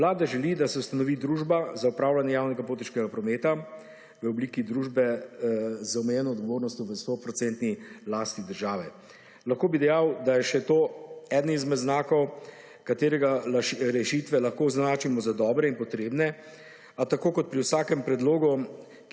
Vlada želi, da se ustanovi Družba za opravljanje potniškega prometa v obliki družbe z omenjeno odgovornostjo v 100 % lasti države. Lahko bi dejal, da je še to eden izmed znakov, katerega rešitve lahko označimo za dobre in potrebne, a tako kot pri vsakem predlogu,